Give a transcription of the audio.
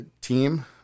team